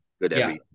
good